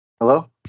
hello